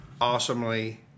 awesomely